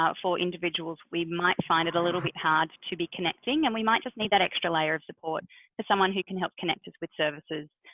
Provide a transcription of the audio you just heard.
for individuals, we might find it a little bit hard to be connecting. and we might just need that extra layer of support to someone who can help connect us with services,